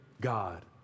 God